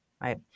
right